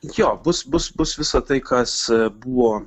jo bus bus bus visa tai kas buvo